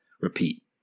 repeat